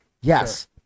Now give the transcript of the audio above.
yes